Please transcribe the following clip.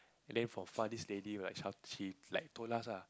then from far this lady right shout she like told us lah